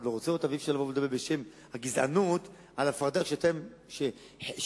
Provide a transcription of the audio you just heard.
אי-אפשר לדבר בשם הגזענות על הפרדה כשאתם